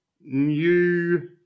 new